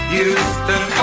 Houston